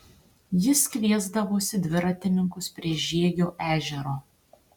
jis kviesdavosi dviratininkus prie žiegio ežero